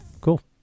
Cool